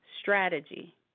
strategy